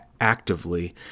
actively